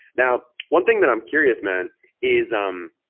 now one thing that i'm curious man is um,